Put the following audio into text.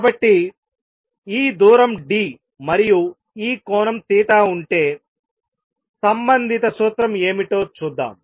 కాబట్టి ఈ దూరం d మరియు ఈ కోణం ఉంటే సంబంధిత సూత్రం ఏమిటో చూద్దాం